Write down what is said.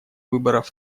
выборов